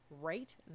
right